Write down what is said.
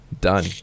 done